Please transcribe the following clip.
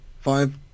five